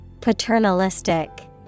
Paternalistic